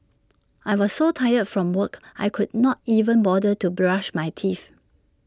I was so tired from work I could not even bother to brush my teeth